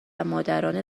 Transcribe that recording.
مادران